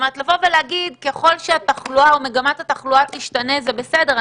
לבוא ולהגיד ככל שהתחלואה או מגמת התחלואה תשתנה זה בסדר,